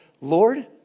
Lord